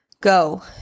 Go